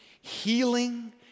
healing